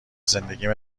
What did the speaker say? زندگیم